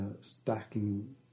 stacking